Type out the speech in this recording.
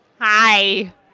Hi